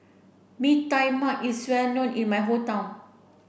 Mee Tai Mak is well known in my hometown